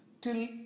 till